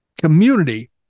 community